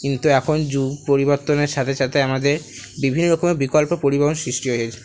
কিন্তু এখন যুগ পরিবর্তনের সাথে সাথে আমাদের বিভিন্ন রকমের বিকল্প পরিবহন সৃষ্টি হয়েছে